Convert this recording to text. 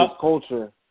culture